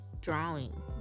drawing